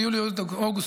ביולי-אוגוסט,